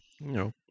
No